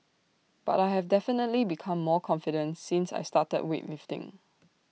but I have definitely become more confident since I started weightlifting